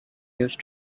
use